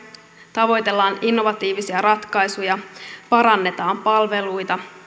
tavoitellaan innovatiivisia ratkaisuja parannetaan palveluita